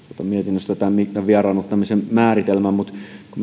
mietinnöstä tämän vieraannuttamisen määritelmän mutta kun